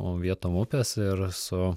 vietom upės ir su